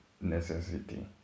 necessity